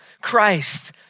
Christ